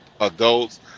adults